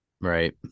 Right